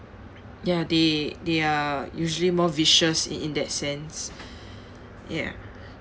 ya they they are usually more vicious in in that sense ya